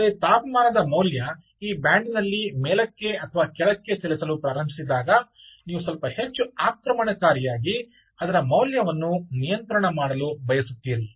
ಆದರೆ ತಾಪಮಾನದ ಮೌಲ್ಯ ಈ ಬ್ಯಾಂಡಿ ನಲ್ಲಿ ಮೇಲಕ್ಕೆ ಅಥವಾ ಕೆಳಕ್ಕೆ ಚಲಿಸಲು ಪ್ರಾರಂಭಿಸಿದಾಗ ನೀವು ಸ್ವಲ್ಪ ಹೆಚ್ಚು ಆಕ್ರಮಣಕಾರಿಯಾಗಿ ಅದರ ಮೌಲ್ಯವನ್ನು ನಿಯಂತ್ರಣ ಮಾಡಲು ಬಯಸುತ್ತೀರಿ